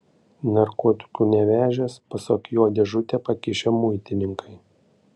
narkotikų nevežęs pasak jo dėžutę pakišę muitininkai